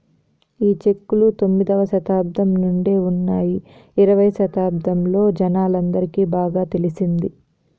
ఈ చెక్కులు తొమ్మిదవ శతాబ్దం నుండే ఉన్నాయి ఇరవై శతాబ్దంలో జనాలందరికి బాగా తెలిసింది